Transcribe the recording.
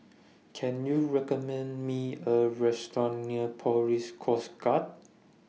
Can YOU recommend Me A Restaurant near Police Coast Guard